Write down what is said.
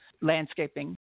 landscaping